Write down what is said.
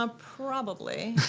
um probably.